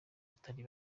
batari